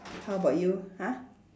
how about you !huh!